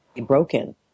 broken